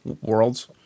worlds